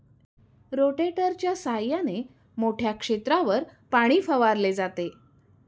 रोटेटरच्या सहाय्याने मोठ्या क्षेत्रावर पाणी फवारले जाते